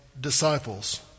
disciples